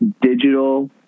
digital